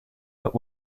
but